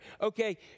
okay